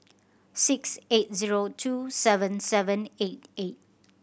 six eight zero two seven seven eight eight